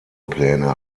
pläne